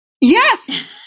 Yes